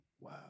Wow